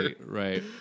right